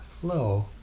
flow